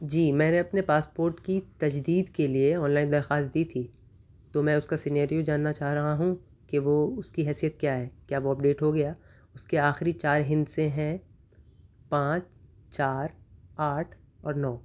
جی میں نے اپنے پاسپورٹ کی تجدید کے لیے آن لائن درخوست دی تھی تو میں اس کا سنیریو جاننا چاہ رہا ہوں کہ وہ اس کی حیثیت کیا ہے کیا وہ اپڈیٹ ہو گیا اس کے آخری چار ہندسیں ہیں پانچ چار آٹھ اور نو